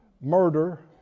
murder